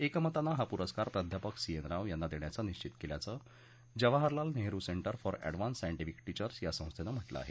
एकमतानं हा पुरस्कार प्राध्यापक सी एन राव यांना देण्याचं निश्वित केल्याचं Jawaharlal Nehru centre for advance scientific teachers या संस्थेनं म्हटलं आहे